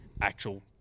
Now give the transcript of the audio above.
actual